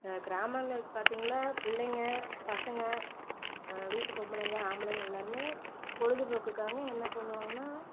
கிராமங்களில் பார்த்தீங்கன்னா பிள்ளைங்கள் பசங்கள் வீட்டு பொம்பளைங்கள் ஆம்பளைங்கள் எல்லாேருமே பொழுது போக்குக்காக என்ன பண்ணுவாங்கனால்